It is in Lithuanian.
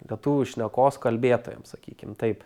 lietuvių šnekos kalbėtojams sakykim taip